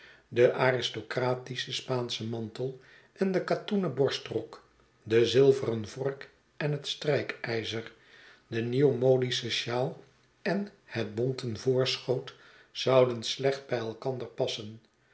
de aristocratische spaansche mantel en de katoenen borstrok de zilveren vork en het strijkijzer de nieuwmodische sjaal en net bonten voorschoot zouden slecht bij elkander passen